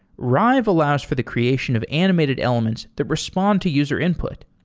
rive allows for the creation of animated elements that respond to user input.